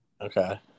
Okay